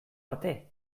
arte